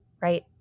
right